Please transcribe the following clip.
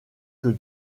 que